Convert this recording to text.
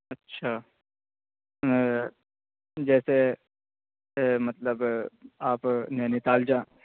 اچھا جیسے مطلب آپ نینی تال جا